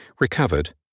recovered